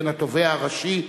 בין התובע הראשי,